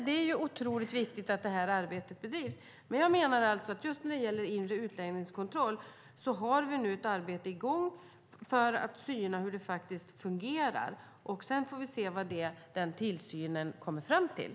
Det är otroligt viktigt att det här arbetet bedrivs. Men jag menar alltså att vi när det gäller just inre utlänningskontroll har ett arbete i gång för att syna hur det faktiskt fungerar. Vi får se vad den tillsynen kommer fram till.